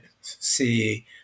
see